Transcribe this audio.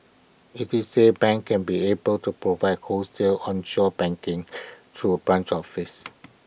IT is say banks can be able to provide wholesale onshore banking through A branch office